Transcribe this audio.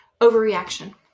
Overreaction